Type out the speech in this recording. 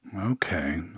Okay